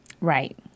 Right